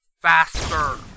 faster